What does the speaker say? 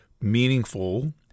meaningful